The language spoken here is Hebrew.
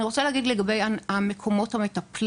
אני רוצה להגיד דבר באשר למקומות המטפלים.